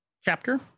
chapter